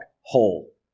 hole